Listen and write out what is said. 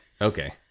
okay